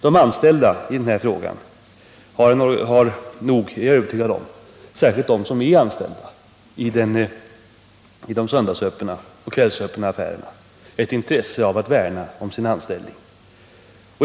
De anställda i de söndagsöppna och kvällsöppna affärerna har säkerligen ett intresse av att värna om sin anställning.